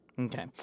Okay